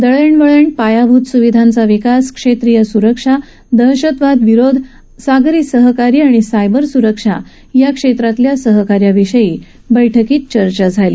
दळणवळण पायाभूत सुविधांचा विकास क्षेत्रीय सुरक्षा दहशतवाद विरोध सागरी सहकार्य आणि सायबर स्रक्षा या क्षेत्रातल्या सहकार्याविषयी या बैठकीत चर्चा झाली